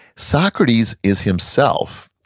socrates is himself,